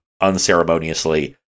unceremoniously